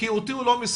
כי אותי הוא לא מספק.